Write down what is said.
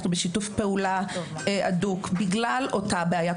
אנחנו בשיתוף פעולה הדוק בגלל אותה בעיה.